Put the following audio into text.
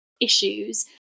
issues